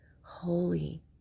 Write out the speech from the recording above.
holy